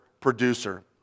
producer